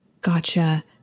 Gotcha